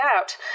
out